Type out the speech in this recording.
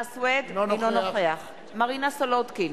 אינו נוכח מרינה סולודקין,